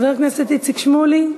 חבר הכנסת איציק שמולי,